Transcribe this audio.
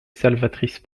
salvatrice